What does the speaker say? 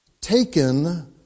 taken